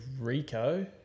Rico